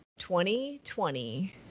2020